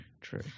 true